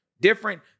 different